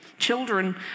Children